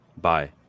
Bye